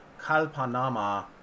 kalpanama